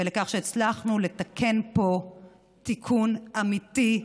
ועל כך שהצלחנו לתקן פה תיקון אמיתי.